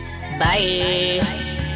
Bye